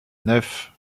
neuf